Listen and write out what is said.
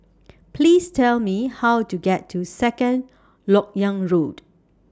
Please Tell Me How to get to Second Lok Yang Road